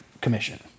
commission